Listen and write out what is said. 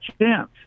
chance